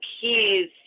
Keys